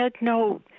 no